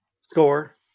score